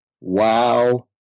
wow